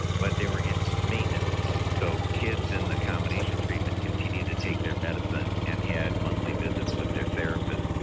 but they were in maintenance mode so kids in the combination treatment continued to take their medicine and had monthly visits with their therapists.